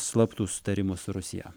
slaptų sutarimų su rusija